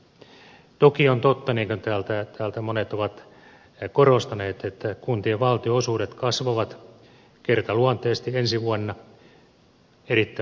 toki on totta niin kuin täältä monet ovat korostaneet että kuntien valtionosuudet kasvavat kertaluonteisesti ensi vuonna erittäin hyvä niin